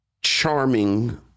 charming